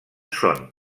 són